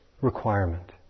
requirement